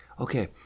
Okay